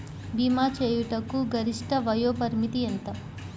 భీమా చేయుటకు గరిష్ట వయోపరిమితి ఎంత?